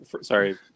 sorry